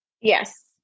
Yes